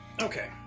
Okay